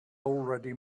already